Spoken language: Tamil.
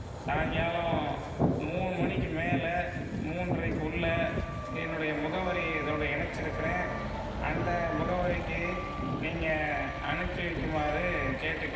சாய்ங்காலம் மூணு மணிக்கு மேல் மூன்றைக்குள்ளே என்னுடைய முகவரி இதோட இணைச்சிருக்கறேன் அந்த முகவரிக்கு நீங்க அனுப்ச்சு வைக்குமாறு கேட்டுக்கிறேன்